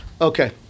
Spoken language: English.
Okay